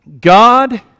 God